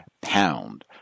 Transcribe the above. pound